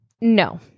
no